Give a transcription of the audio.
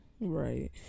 right